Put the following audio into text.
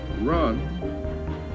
run